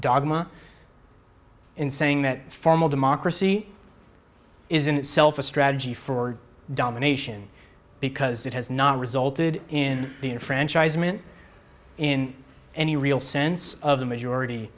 dogma in saying that formal democracy is in itself a strategy for domination because that has not resulted in being a franchise moment in any real sense of the majority